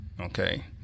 okay